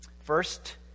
First